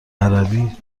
عربی